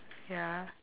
ya